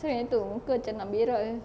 asal gitu muka macam nak berak jer